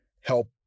help